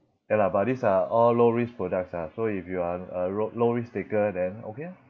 ya lah but these are all low risk products ah so if you are a ro~ low risk taker then okay ah